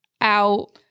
out